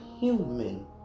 human